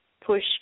push